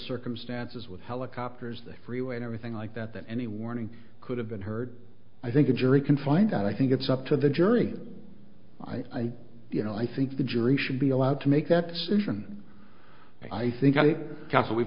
circumstances with helicopters the freeway and everything like that that any warning could have been heard i think a jury can find out i think it's up to the jury i you know i think the jury should be allowed to make that decision i think i can say we've